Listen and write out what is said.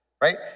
right